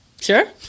Sure